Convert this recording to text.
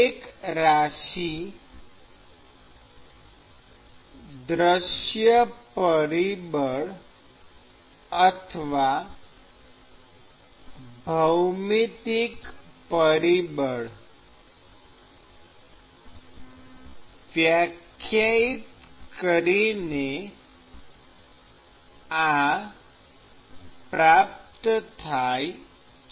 એક રાશિ 'દૃશ્ય પરિબળ' અથવા 'ભૌમિતિક પરિબળ' વ્યાખ્યાયિત કરીને આ પ્રાપ્ત થાય છે